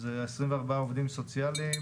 זה 24 עובדים סוציאליים,